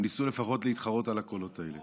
הם ניסו לפחות להתחרות על הקולות האלה.